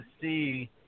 see